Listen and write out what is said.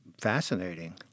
fascinating